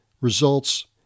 results